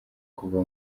kuva